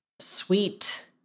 Sweet